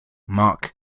mark